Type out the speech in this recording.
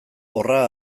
horra